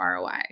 ROI